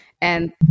And-